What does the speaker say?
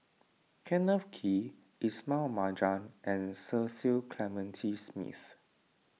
Kenneth Kee Ismail Marjan and Cecil Clementi Smith